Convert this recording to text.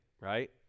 right